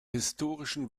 historischen